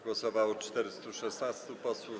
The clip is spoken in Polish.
Głosowało 416 posłów.